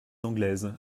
anglaises